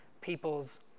people's